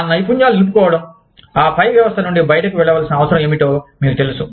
ఆ నైపుణ్యాలను నిలుపుకోవడం ఆపై వ్యవస్థ నుండి బయటకు వెళ్లవలసిన అవసరం ఏమిటో మీకు తెలుసు